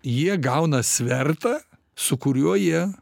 jie gauna svertą su kuriuo jie